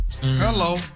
Hello